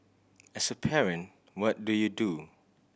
as a parent what do you do